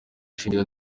shingiro